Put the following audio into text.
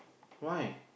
why